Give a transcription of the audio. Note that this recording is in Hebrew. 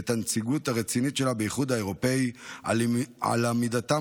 ואת הנציגות הרצינית שלה באיחוד האירופי על עמידתם